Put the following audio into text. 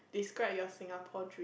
describe your Singapore dream